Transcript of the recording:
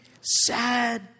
sad